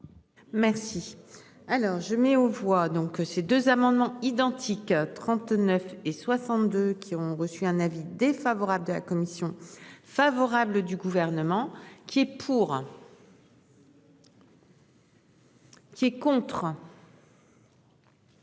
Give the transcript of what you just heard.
Merci. Alors je mets aux voix donc ces deux amendements identiques à 39 et 62 qui ont reçu un avis défavorable de la commission favorable du gouvernement qui est pour. Été. Tu es contre.